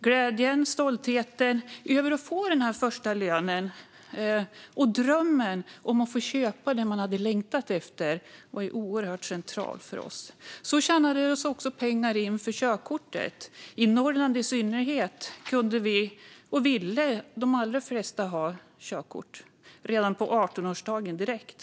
Glädjen och stoltheten över att få den första lönen och uppnå drömmen om att få köpa det man hade längtat efter var oerhört central för oss. Så tjänade vi också pengar inför körkortet. I Norrland i synnerhet kunde och ville de allra flesta ha körkort redan på 18-årsdagen direkt.